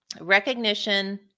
recognition